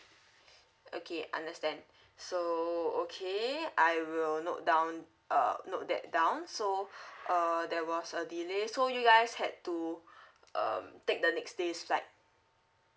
okay understand so okay I will note down uh note that down so uh there was a delay so you guys had to um take the next day's flight